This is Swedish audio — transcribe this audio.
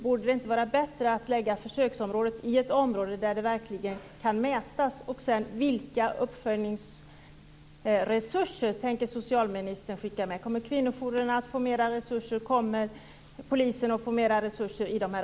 Borde det inte vara bättre att som försöksområde välja ett område där det verkligen går att göra mätningar?